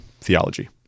theology